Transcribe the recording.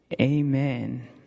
Amen